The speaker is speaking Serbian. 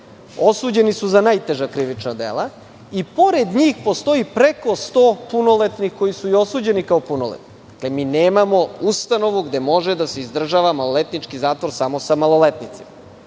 Osuđeni su za najteža krivična dela i pored njih postoji preko sto punoletnih, koji su i osuđeni kao punoletni, jer mi nemamo ustanovu gde može da se izdržava maloletnički zatvor samo sa maloletnicima. Razmislite